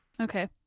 Okay